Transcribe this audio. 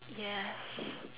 yes